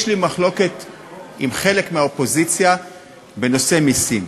יש לי מחלוקת עם חלק מהאופוזיציה בנושא מסים.